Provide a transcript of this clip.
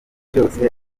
byose